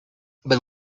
but